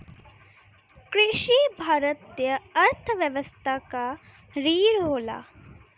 कृषि भारतीय अर्थव्यवस्था क रीढ़ होला